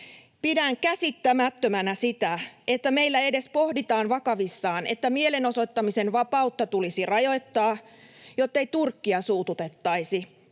Pidän käsittämättömänä sitä, että meillä edes pohditaan vakavissaan, että mielenosoittamisen vapautta tulisi rajoittaa, jottei Turkkia suututettaisi,